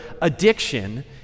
addiction